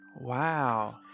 Wow